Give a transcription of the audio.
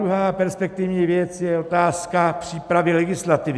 Ta druhá perspektivní věc je otázka přípravy legislativy.